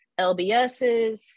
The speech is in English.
LBSs